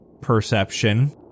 perception